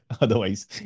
Otherwise